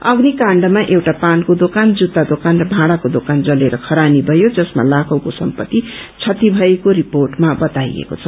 अग्नि काण्डमा एउटा पानको दोकान जूता दोकान र भाँड़ाको दोकान जलेर खरानी भयो जसमा लाखीको सम्पत्ति क्षति भएको रिपोर्टमा बताइएको छ